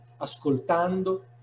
ascoltando